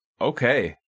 Okay